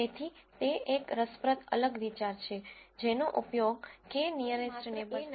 તેથી તે એક રસપ્રદ અલગ વિચાર છે જેનો ઉપયોગ k નીઅરેસ્ટ નેબર્સમાં થાય છે